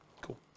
Cool